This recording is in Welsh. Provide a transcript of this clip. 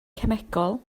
cemegol